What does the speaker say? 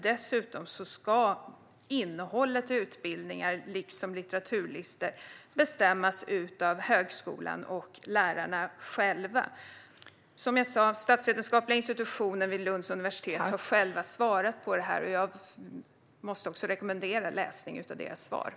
Dessutom ska innehållet i utbildningar liksom litteraturlistor bestämmas av högskolan och lärarna själva. Som jag sa har statsvetenskapliga institutionen vid Lunds universitet själv svarat på det här, och jag måste rekommendera läsning av det svaret.